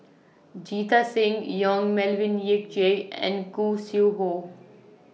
Jita Singh Yong Melvin Yik Chye and Khoo Sui Hoe